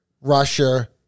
Russia